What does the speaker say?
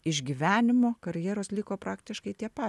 iš gyvenimo karjeros liko praktiškai tie pa